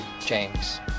James